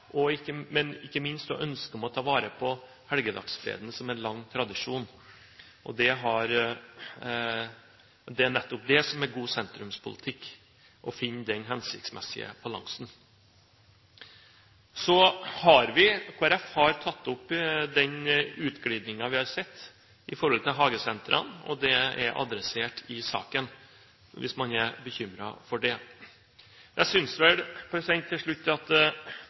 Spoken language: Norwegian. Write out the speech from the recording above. men ikke minst ønsket om å ta vare på helligdagsfreden som en lang tradisjon. Å finne den hensiktsmessige balansen er nettopp det som er god sentrumspolitikk. Kristelig Folkeparti har tatt opp den utglidningen vi har sett når det gjelder hagesentrene, og det er adressert i saken, hvis man er bekymret for det. Til slutt: Jeg synes representanten Ib Thomsen illustrerer denne saken ganske godt når han i samme åndedrag som han snakker om søndagsåpne butikker, snakker om at